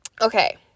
Okay